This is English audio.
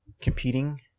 competing